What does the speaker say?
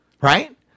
Right